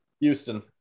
Houston